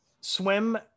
Swim